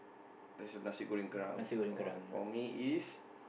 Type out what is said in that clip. that's your Nasi-Goreng-Kerang for me is